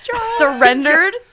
surrendered